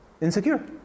insecure